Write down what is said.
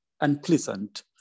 unpleasant